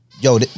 Yo